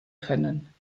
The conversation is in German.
können